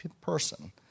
person